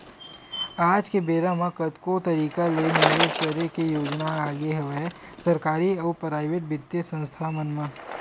आज के बेरा म कतको तरिका ले निवेस करे के योजना आगे हवय सरकारी अउ पराइेवट बित्तीय संस्था मन म